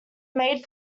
made